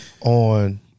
on